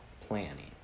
planning